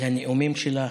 על הנאומים שלך,